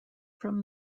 from